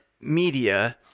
media